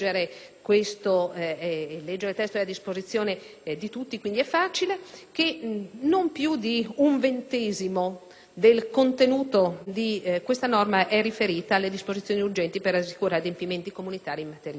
che non più di un ventesimo del contenuto di questa norma è riferito alle disposizioni urgenti per assicurare adempimenti comunitari in materia di giochi. Quindi credo che questa sia una vera norma pullman, vale a dire un titolo